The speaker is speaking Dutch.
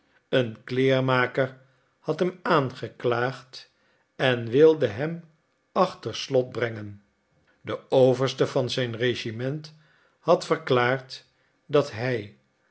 een kleermaker had hem aangeklaagd en wilde hem achter slot brengen de overste van zijn regiment had verklaard dat hij